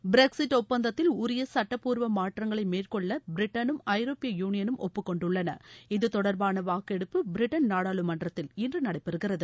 Brexit ஒப்பந்தத்தில் உரிய சுட்டப்பூர்வ மாற்றங்களை மேற்கொள்ள பிரிட்டனும் ஐரோப்பிய யூளியனும் ஒப்புக்கொண்டுள்ளன இது தொடர்பான வாக்கெடுப்பு பிரிட்டன் நாடாளுமன்றத்தில் இன்று நடைபெறுகிறது